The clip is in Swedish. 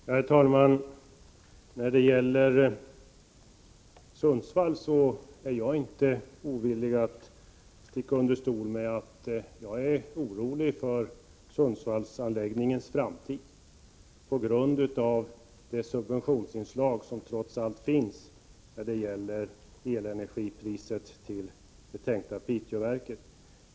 Herr talman! Jag är inte ovillig att sticka under stol med att jag är orolig för Sundsvallsanläggningens framtid på grund av det subventionsinslag som trots allt finns när det gäller elenergipriset till det tänkta Piteåverket.